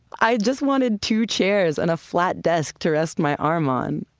i just wanted two chairs and a flat desk to rest my arm on.